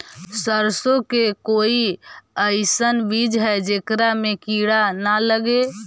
सरसों के कोई एइसन बिज है जेकरा में किड़ा न लगे?